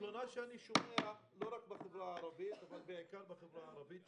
דבר שאני שומע לא רק בחברה הערבית אבל בעיקר בחברה הערבית,